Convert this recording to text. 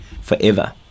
forever